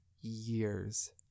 years